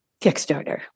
Kickstarter